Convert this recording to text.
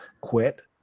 quit